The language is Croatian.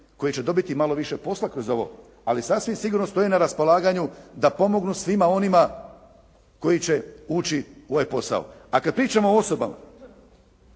koji će dobiti malo više posla kroz ovo, ali sasvim sigurno stoje na raspolaganju da pomognu svima onima koji će ući u ovaj posao. A kad pričamo o osobama